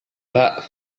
pak